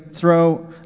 throw